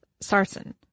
Sarsen